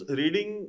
reading